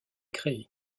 créée